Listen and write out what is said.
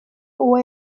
uwo